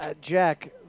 Jack